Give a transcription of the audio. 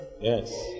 Yes